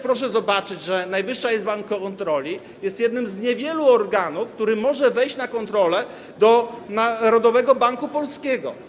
Proszę też zobaczyć, że Najwyższa Izba Kontroli jest jednym z niewielu organów, który może wejść na kontrolę do Narodowego Banku Polskiego.